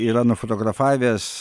yra nufotografavęs